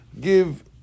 give